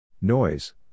Noise